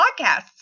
podcasts